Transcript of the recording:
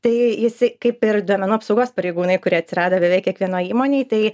tai jisai kaip ir duomenų apsaugos pareigūnai kurie atsirado beveik kiekvienoj įmonėj tai